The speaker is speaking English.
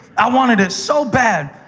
i wanted it so badly.